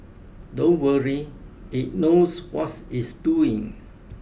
don't worry it knows what's it's doing